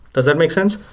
does that make sense?